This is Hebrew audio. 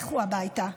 לכו הביתה,